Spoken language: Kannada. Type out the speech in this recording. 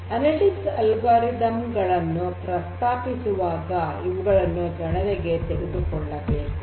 ಅನಲಿಟಿಕ್ಸ್ ಆಲ್ಗೊರಿದಮ್ ಗಳನ್ನು ಪ್ರಸ್ತಾಪಿಸುವಾಗ ಇವುಗಳನ್ನು ಗಣನೆಗೆ ತೆಗೆದುಕೊಳ್ಳಬೇಕು